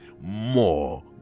more